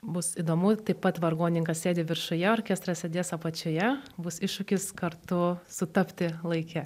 bus įdomu taip pat vargonininkas sėdi viršuje o orkestras sėdės apačioje bus iššūkis kartu sutapti laike